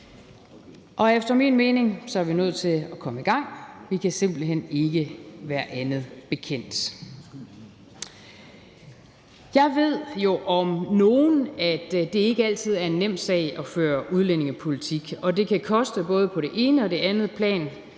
Og efter min mening er vi nødt til at komme i gang. Vi kan simpelt hen ikke være andet bekendt. Kl. 23:00 Jeg ved jo om nogen, at det ikke altid er en nem sag at føre udlændingepolitik, og det kan koste både på det ene og det andet plan,